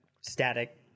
static